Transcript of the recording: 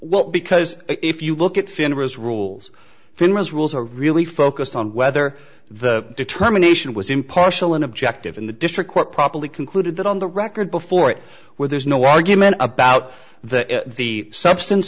well because if you look at finra as rules finance rules are really focused on whether the determination was impartial and objective in the district court properly concluded that on the record before it where there's no argument about that the substance